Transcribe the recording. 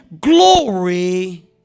glory